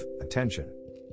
attention